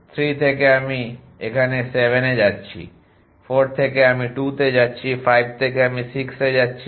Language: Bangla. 3 থেকে আমি এখানে 7 এ যাচ্ছি 4 থেকে আমি 2 তে যাচ্ছি 5 থেকে আমি 6 তে যাচ্ছি